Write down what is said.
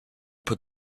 put